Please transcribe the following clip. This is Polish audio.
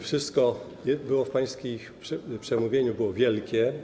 Wszystko w pańskim przemówieniu było wielkie.